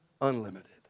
unlimited